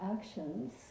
actions